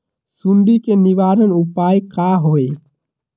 सुंडी के निवारण उपाय का होए?